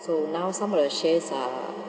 so now some of the shares are